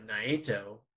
naito